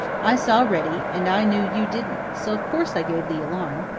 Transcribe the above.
i saw reddy and i knew you didn't, so of course i gave the alarm.